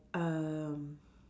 erm